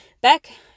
back